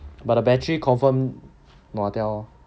but the battery confirm nua 掉